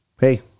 hey